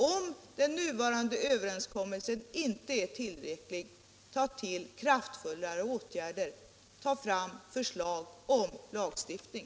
Om den träffade överenskommelsen inte är tillräcklig, är herr Gustavsson då beredd ta till kraftfulla åtgärder och lägga fram förslag på en lagstiftning?